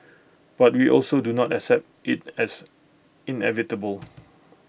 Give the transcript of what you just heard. but we also do not accept IT as inevitable